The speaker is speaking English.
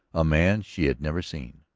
a man she had never seen,